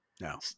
no